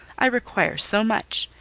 i require so much!